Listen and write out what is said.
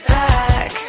back